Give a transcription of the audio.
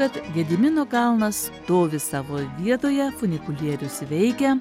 tad gedimino kalnas stovi savo vietoje funikulierius veikia